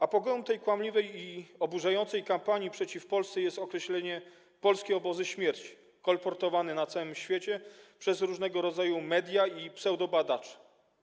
Apogeum tej kłamliwej i oburzającej kampanii przeciw Polsce jest określenie „polskie obozy śmierci” kolportowane na całym świecie przez różnego rodzaju media i pseudobadaczy.